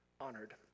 honored